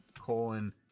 colon